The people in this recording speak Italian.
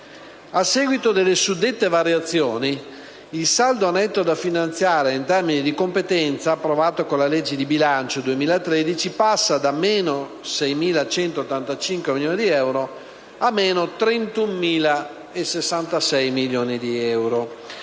A seguito delle suddette variazioni, il saldo netto da finanziare in termini di competenza, approvato con la legge di bilancio 2013, passa da meno 6.185 milioni di euro a meno 31.066 milioni di euro.